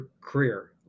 career